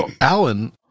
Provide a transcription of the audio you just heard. Alan